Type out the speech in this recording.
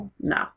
No